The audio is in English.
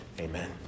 Amen